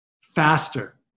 faster